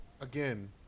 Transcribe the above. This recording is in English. again